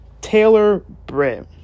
Taylor-Britt